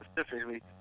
specifically